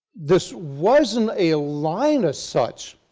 this wasn't a line as such,